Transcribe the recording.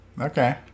okay